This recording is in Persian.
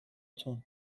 تون